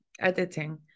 editing